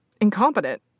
incompetent